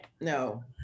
no